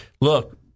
look